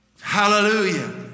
Hallelujah